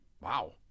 Wow